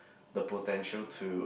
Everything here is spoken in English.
the potential to